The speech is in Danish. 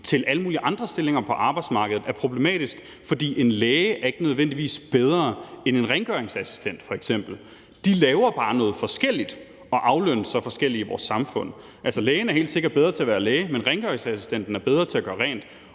med alle mulige andre stillinger på arbejdsmarkedet, for en læge er ikke nødvendigvis bedre end f.eks. en rengøringsassistent. De laver bare noget forskelligt og aflønnes så forskelligt i vores samfund. Altså, lægen er helt sikkert bedre til at være læge, men rengøringsassistenten er bedre til at gøre rent,